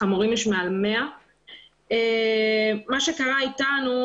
חמורים יש מעל 100. מה שקרה איתנו,